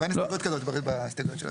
גם אין הסתייגות כזאת בהסתייגויות שלכם.